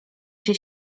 się